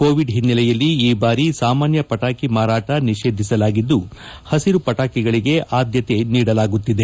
Covid ಹಿನ್ನಲೆಯಲ್ಲಿ ಈ ಬಾರಿ ಸಾಮಾನ್ಯ ಪಟಾಕಿ ಮಾರಾಟ ನಿಷೇಧಿಸಲಾಗಿದ್ದು ಪಸಿರು ಪಟಾಕಿಗಳಿಗೆ ಅದ್ಯತೆ ನೀಡಲಾಗುತ್ತಿದೆ